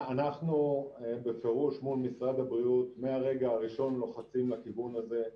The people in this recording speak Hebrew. אנחנו בפירוש מול משרד הבריאות מהרגע הראשון לוחצים לכיוון הזה.